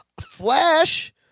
Flash